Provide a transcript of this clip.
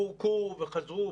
פורקו וחזרו.